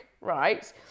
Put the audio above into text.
right